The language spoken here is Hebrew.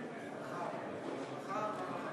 מחר ומח"ר.